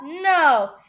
No